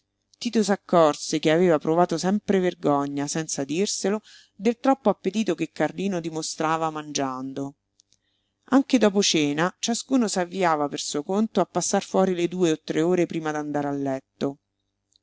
tito s'accorse che aveva provato sempre vergogna senza dirselo del troppo appetito che carlino dimostrava mangiando anche dopo cena ciascuno s'avviava per suo conto a passar fuori le due o tre ore prima d'andare a letto